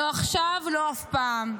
לא עכשיו ולא אף פעם,